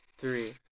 three